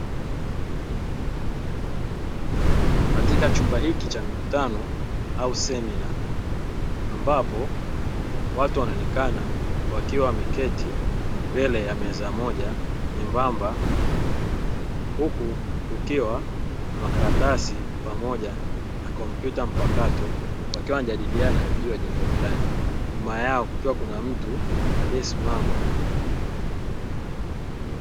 Katika chumba hiki cha mikutano au semina, ambapo watu wanaonekana wakiwa wameketi mbele ya meza moja nyembamba, huku kukiwa na makaratasi pamoja na kompyuta mpakato, wakiwa wanajadiliana juu ya jambo fulani nyuma yao kukiwa kuna mtu aliyesimama.